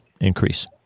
increase